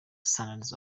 standards